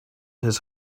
his